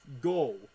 goal